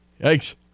Yikes